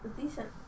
decent